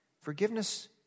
Forgiveness